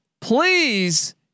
please